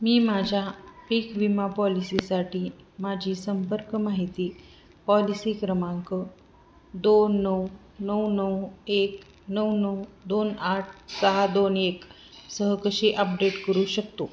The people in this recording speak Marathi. मी माझ्या पीक विमा पॉलिसीसाठी माझी संपर्क माहिती पॉलिसी क्रमांक दोन नऊ नऊ नऊ एक नऊ नऊ दोन आठ सहा दोन एक सह कशी आपडेट करू शकतो